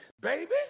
baby